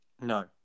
No